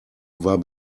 war